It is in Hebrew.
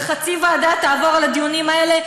חצי ישיבה תעבור על הדיונים האלה,